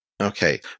Okay